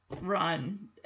run